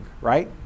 right